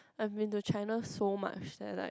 I went to China so much that like